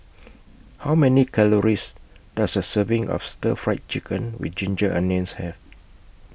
How Many Calories Does A Serving of Stir Fried Chicken with Ginger Onions Have